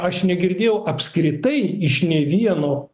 aš negirdėjau apskritai iš nė vieno